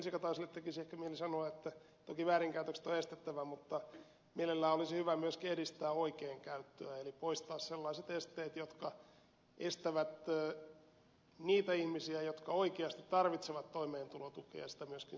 elsi kataiselle tekisi ehkä mieli sanoa että toki väärinkäytökset on estettävä mutta mielellään olisi hyvä myöskin edistää oikein käyttöä eli poistaa sellaiset esteet jotka estävät niitä ihmisiä jotka oikeasti tarvitsevat toimeentulotukea sitä myöskin saamasta